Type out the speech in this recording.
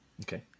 Okay